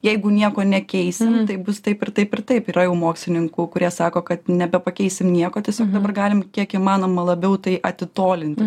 jeigu nieko nekeisim tai bus taip ir taip ir taip yra jau mokslininkų kurie sako kad nebepakeisim nieko tiesiog dabar galim kiek įmanoma labiau tai atitolinti